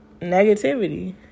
negativity